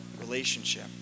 relationship